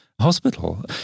hospital